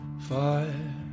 fire